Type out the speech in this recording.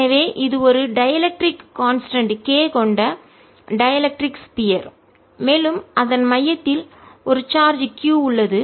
எனவே இது ஒரு டைஎலெக்ட்ரிக் கான்ஸ்டன்ட் மின்கடத்தா மாறிலி k கொண்ட டைஎலெக்ட்ரிக் ஸ்பியர் மேலும் அதன் மையத்தில் ஒரு சார்ஜ் q உள்ளது